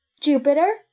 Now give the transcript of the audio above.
Jupiter